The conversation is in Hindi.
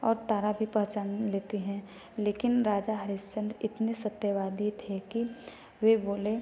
और तारा भी पहचान लेती हैं लेकिन राजा हरिश्चंद्र इतने सत्यवादी थे कि वे बोले